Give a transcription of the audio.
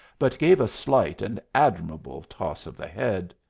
but gave a slight and admirable toss of the head.